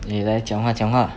你来讲话讲话